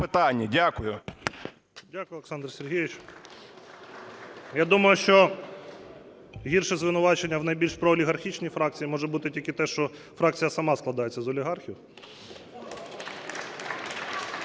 Дякую, Олександр Сергійович. Я думаю, що гірше звинувачення в найбільш проолігархічній фракції може бути тільки те, що фракція сама складається з олігархів.